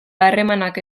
harremanak